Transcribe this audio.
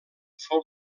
fou